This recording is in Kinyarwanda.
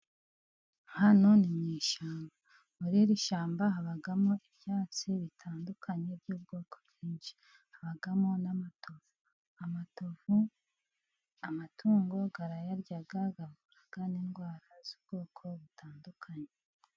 Hano ni mu ishyamba. Muri iri shyamba habamo ibyatsi bitandukanye by'ubwoko bwinshi. Habamo n'amatovu. Amatovu amatungo arayarya, anavura n'indwara z'ubwoko butandukanye.